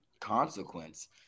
consequence